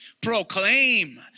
proclaim